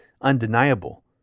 undeniable